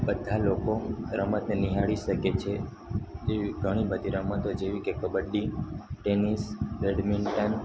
બધા લોકો રમતને નિહાળી શકે છે એવી ઘણીબધી રમતો જેવી કે કબડ્ડી ટેનિસ બૅડ્મિન્ટન